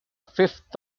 fifth